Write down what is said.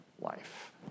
life